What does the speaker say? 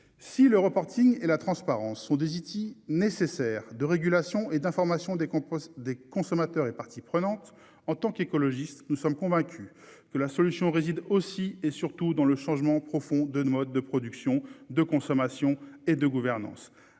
Si le reporting et la transparence sont des ET nécessaire de régulation et d'information des. Des consommateurs est parti. Prenantes en tant qu'écologistes, nous sommes convaincus que la solution réside aussi et surtout dans le changement profond de nos modes de production, de consommation et de gouvernance